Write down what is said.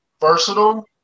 versatile